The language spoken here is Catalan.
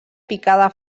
picada